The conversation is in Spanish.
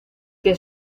que